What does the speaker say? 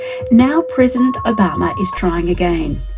now president obama is trying again.